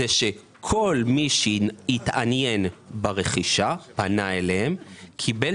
שכל מי שהתעניין ברכישה פנה אליהם וקיבל